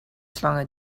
slangen